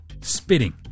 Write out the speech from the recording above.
spitting